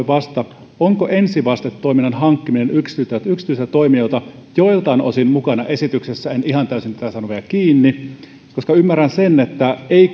vastata onko ensivastetoiminnan hankkiminen yksityisiltä toimijoilta joiltain osin mukana esityksessä en ihan täysin saanut tätä vielä kiinni ymmärrän sen että ei